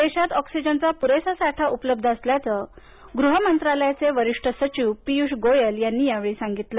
देशात ऑक्सिजनचा पुरेसा साठा उपलब्ध असल्याचं गृह मंत्रालयाचे वरिष्ठ सचिव पियुष गोयल यांनी यावेळी सांगितलं